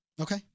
Okay